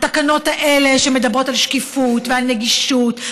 התקנות האלה שמדברות על שקיפות ועל נגישות,